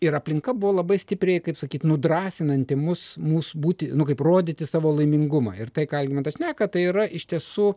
ir aplinka buvo labai stipriai kaip sakyt nudrąsinanti mus mus būti nu kaip rodyti savo laimingumą ir tai ką algimantas šneka tai yra iš tiesų